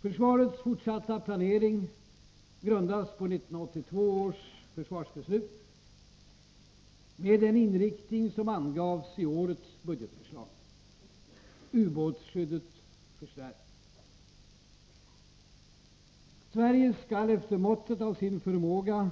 Försvarets fortsatta planering grundas på 1982 års försvarsbeslut, med den inriktning som angavs i årets budgetförslag. Ubåtsskyddet förstärks. Sverige skall efter måttet av sin förmåga